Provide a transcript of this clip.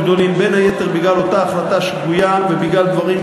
שיצרה את הבעיה כשאסרה בינוי בכל מרכז הארץ,